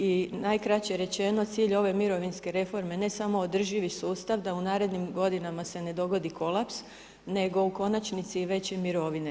I najkraće rečeno, cilj ove mirovinske reforme, ne samo održivi sustav, da u narednim godinama se ne dogodi kolaps, nego u konačnici i veće mirovine.